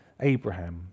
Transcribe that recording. Abraham